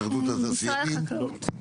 משרד החקלאות.